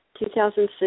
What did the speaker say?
2006